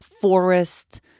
forest